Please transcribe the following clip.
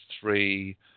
three